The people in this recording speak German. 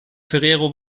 ferrero